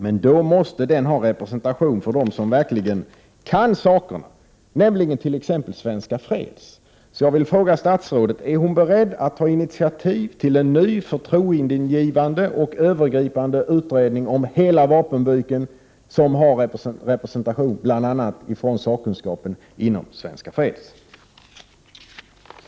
Men då måste den ha representation från dem som verkligen kan sakerna, t.ex. Svenska freds.